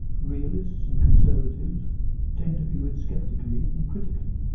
realists and conservatives tend to view it sceptically and critically.